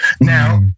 Now